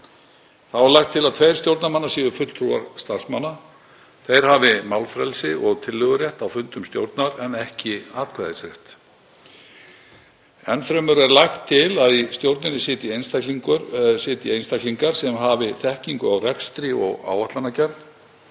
Þá er lagt til að tveir stjórnarmanna séu fulltrúar starfsmanna. Þeir hafi málfrelsi og tillögurétt á fundum stjórnar en ekki atkvæðisrétt. Enn fremur er lagt til að í stjórninni sitji einstaklingar sem hafi þekkingu á rekstri og áætlanagerð,